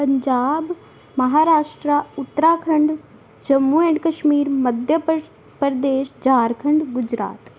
Punjab Maharashtra Uttarakhand Jammu and Kashmir Madhya ਪਰ ਪ੍ਰਦੇਸ਼ ਝਾਰਖੰਡ ਗੁਜਰਾਤ